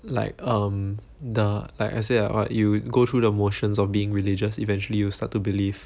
like um the like I say like what you go through the motions of being religious eventually you start to believe